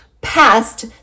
past